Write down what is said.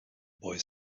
boy